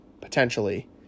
potentially